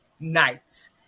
nights